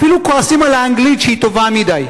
אפילו כועסים על האנגלית, שהיא טובה מדי.